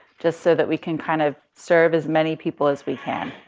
just so that we can kind of, serve as many people as we can.